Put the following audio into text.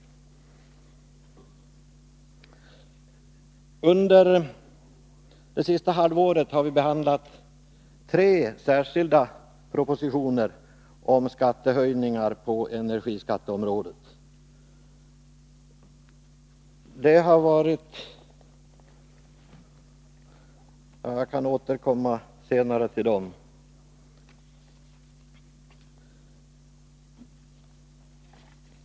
Under det senaste halvåret har vi behandlat tre särskilda propositioner om skattehöjningar på energiområdet. Jag skall återkomma senare till detta.